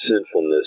sinfulness